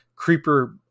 creeper